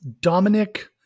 Dominic